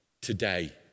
today